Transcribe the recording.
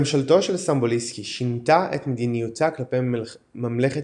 ממשלתו של סטמבוליסקי שינתה את מדיניותה כלפי ממלכת